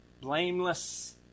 blameless